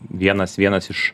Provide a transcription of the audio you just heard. vienas vienas iš